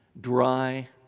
dry